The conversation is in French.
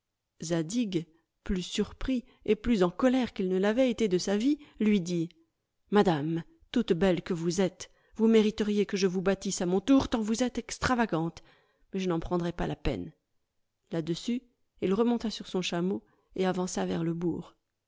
plus surpris et plus en colère qu'il ne l'avait été de sa vie lui dit madame toute belle que vous êtes vous mériteriez que je vous battisse à mon tour tant vous êtes extravagante mais je n'en prendrai pas la peine là-dessus il remonta sur son chameau et avança vers le